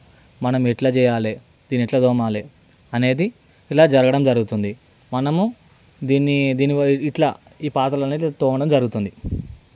మనము ఎట్లా చేయాలి దీన్ని ఎట్లా తోమాలి అనేది ఇలా జరగడం జరుగుతుంది మనము దీన్ని దీన్ని ఇట్లా ఈ పాత్రలనేది తోమడం జరుగుతుంది